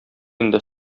инде